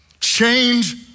change